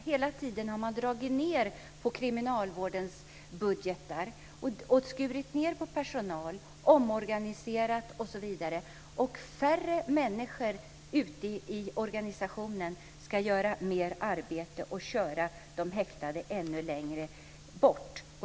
Hela tiden har man dragit ned på kriminalvårdens budgetar, skurit ned på personal, omorganiserat osv. Färre människor ute i organisationen ska göra mer arbete och köra de häktade ännu längre bort.